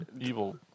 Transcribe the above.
evil